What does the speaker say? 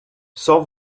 saw